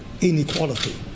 inequality